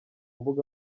mbuga